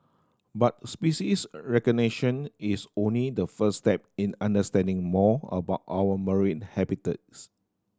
but species recognition is only the first step in understanding more about our marine habitats